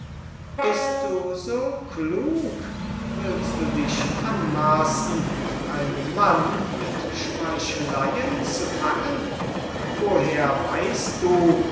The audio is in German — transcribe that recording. bist du so klug willst du dich anmaßen einen mann mit schmeicheleyen zu fangen woher weist du